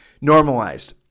normalized